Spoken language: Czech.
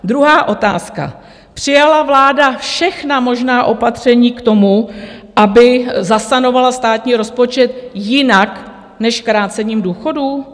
Druhá otázka: Přijala vláda všechna možná opatření k tomu, aby zasanovala státní rozpočet jinak než krácením důchodů?